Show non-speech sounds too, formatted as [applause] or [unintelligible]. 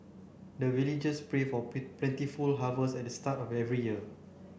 the villagers pray for [unintelligible] plentiful harvest at the start of every year